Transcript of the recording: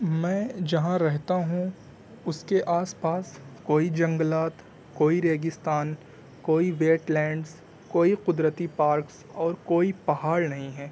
میں جہاں رہتا ہوں اس کے آس پاس کوئی جنگلات کوئی ریگستان كوئی ویٹ لینڈس کوئی قدرتی پارکس اور کوئی پہاڑ نیہں ہیں